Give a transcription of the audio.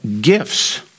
gifts